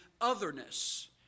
otherness